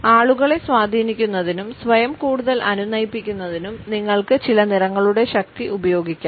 ആളുകളെ സ്വാധീനിക്കുന്നതിനും സ്വയം കൂടുതൽ അനുനയിപ്പിക്കുന്നതിനും നിങ്ങൾക്ക് ചില നിറങ്ങളുടെ ശക്തി ഉപയോഗിക്കാം